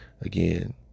again